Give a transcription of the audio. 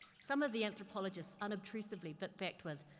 some of the anthropologists, unobtrusively, but backed with,